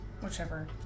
Whichever